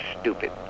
stupid